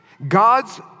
God's